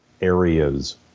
areas